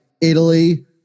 Italy